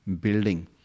building